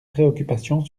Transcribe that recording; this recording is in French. préoccupation